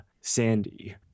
Sandy